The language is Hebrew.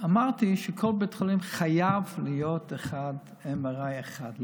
אמרתי שבכל בית חולים חייב להיות MRI אחד.